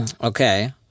Okay